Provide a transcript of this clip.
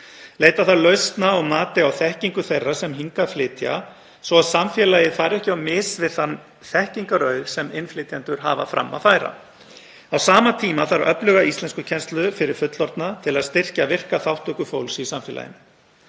Leita þarf lausna á mati á þekkingu þeirra sem hingað flytja svo að samfélagið fari ekki á mis við þann þekkingarauð sem innflytjendur hafa fram að færa. Á sama tíma þarf öfluga íslenskukennslu fyrir fullorðna til að styrkja virka þátttöku fólks í samfélaginu.